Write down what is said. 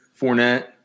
Fournette –